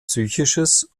psychisches